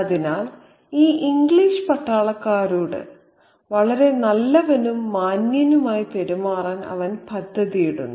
അതിനാൽ ഈ ഇംഗ്ലീഷ് പട്ടാളക്കാരോട് വളരെ നല്ലവനും മാന്യനുമായി പെരുമാറാൻ അവൻ പദ്ധതിയിടുന്നു